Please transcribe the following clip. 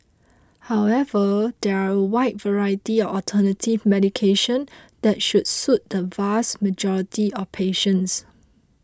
however there are a wide variety of alternative medication that should suit the vast majority of patients